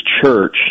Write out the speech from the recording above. church